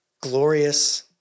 Glorious